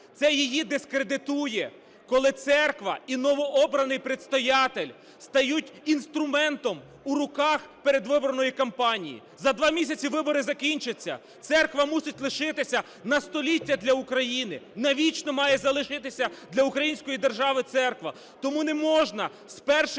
Це її дискредитує, коли церква і новообраний предстоятель стають інструментом у руках передвиборної кампанії. За два місяці вибори закінчаться, церква мусить лишитися на століття для України, навічно має залишитися для української держави церква. Тому не можна з перших